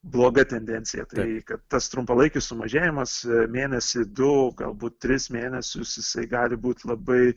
bloga tendencija tai kad tas trumpalaikis sumažėjimas mėnesį du galbūt tris mėnesius jisai gali būt labai